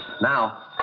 Now